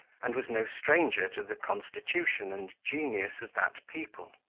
and was no stranger to the constitution and genius of that people.